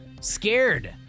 Scared